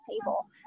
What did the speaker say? table